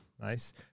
nice